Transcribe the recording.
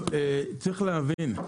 צריך להבין.